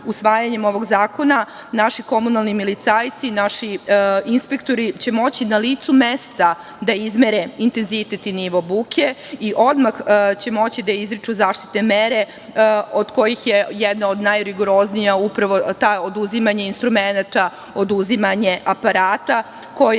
Usvajanjem ovog zakona naši komunalni milicajci, naši inspektori će moći na licu mesta da izmere intenzitet i nivo buke i odmah će moći da izriču zaštitne mere od kojih je jedna od najrigoroznijih – oduzimanje instrumenata, oduzimanje aparata sa